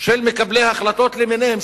של מקבלי ההחלטות למיניהם,